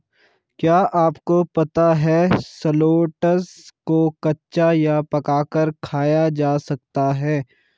क्या आपको पता है शलोट्स को कच्चा या पकाकर खाया जा सकता है?